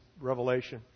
revelation